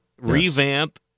revamp